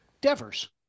Devers